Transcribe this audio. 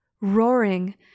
roaring